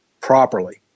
properly